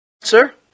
Sir